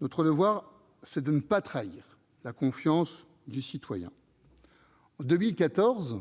Notre devoir, c'est de ne pas trahir la confiance du citoyen. En 2014,